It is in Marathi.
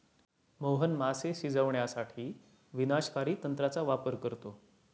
मोहन मासे शिजवण्यासाठी विनाशकारी तंत्राचा वापर करतो